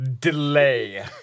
delay